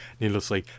needlessly